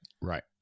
Right